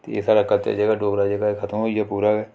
ते एह् साढ़ा कल्चर जेह्ड़ा डोगरा जेह्का खतम होई गेदा पूरा गै